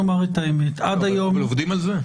אבל עובדים על זה?